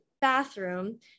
bathroom